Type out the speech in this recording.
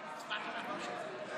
העשרים-ושלוש,